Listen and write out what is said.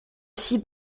aussi